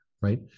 right